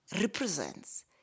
represents